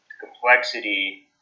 complexity